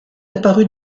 apparue